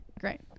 great